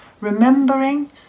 remembering